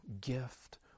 gift